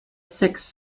six